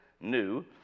new